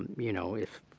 you know, if